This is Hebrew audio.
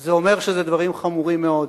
זה אומר שזה דברים חמורים מאוד,